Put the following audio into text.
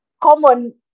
common